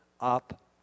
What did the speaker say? up